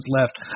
left